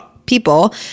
people